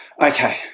Okay